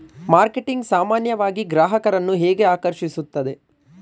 Marketing ಸಾಮಾನ್ಯವಾಗಿ ಗ್ರಾಹಕರನ್ನು ಹೇಗೆ ಆಕರ್ಷಿಸುತ್ತದೆ?